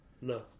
No